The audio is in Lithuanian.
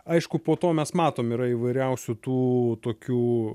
aišku po to mes matom yra įvairiausių tų tokių